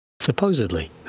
supposedly